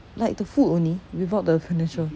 like the food only without the furniture